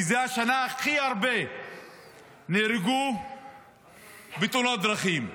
כי זו השנה שבה הכי הרבה נהרגו בתאונות דרכים.